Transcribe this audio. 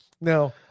Now